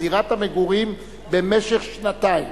בדירת המגורים במשך שנתיים.